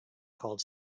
called